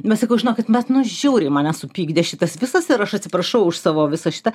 bet sakau žinokit bet nu žiauriai mane supykdė šitas visas ir aš atsiprašau už savo visą šitą